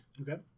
Okay